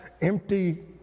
empty